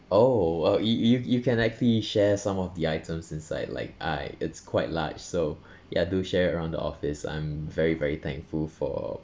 oh uh you you you can actually share some of the items inside like uh it's quite large so ya do share around the office I'm very very thankful for